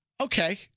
Okay